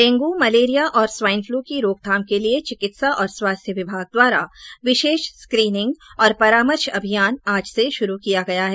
dengue malaria और swine flu की रोकथाम के लिए चिकित्सा और स्वास्थ्य विभाग द्वारा विशेष स्क्रीनिंग और परामर्श अभियान आज से शुरू किया गया है